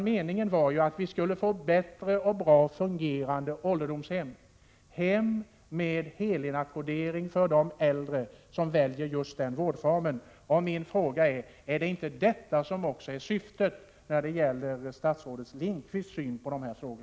Meningen var att vi skulle få bättre och väl fungerande ålderdomshem, hem med helinackordering för de äldre personer som väljer just den vårdformen. Min fråga blir då: Är inte detta också statsrådet Lindqvists syn på dessa frågor?